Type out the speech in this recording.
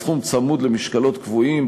הסכום צמוד למשקלות קבועים,